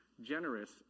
generous